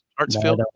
Hartsfield